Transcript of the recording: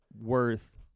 worth